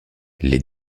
les